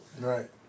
Right